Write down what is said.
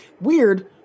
weird